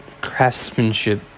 craftsmanship